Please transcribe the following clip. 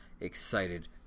excited